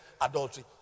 adultery